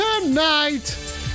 tonight